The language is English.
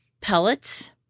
pellets